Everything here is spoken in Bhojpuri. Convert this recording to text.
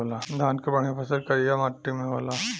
धान के बढ़िया फसल करिया मट्टी में होला